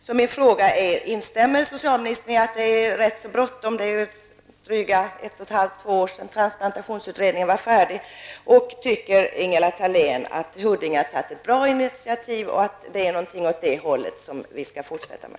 Så min fråga är: Instämmer socialministern i att det är rätt så bråttom? Det är dryga ett och ett halvt år sedan transplantationsutredningen var färdig. Tycker Ingela Thalén att Huddinge sjukhus har tagit ett bra initiativ och att det är någonting åt det hållet som vi skall fortsätta med?